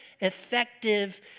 effective